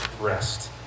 rest